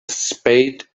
spade